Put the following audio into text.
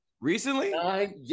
Recently